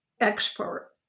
expert